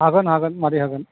हागोन हागोन मादै हागोन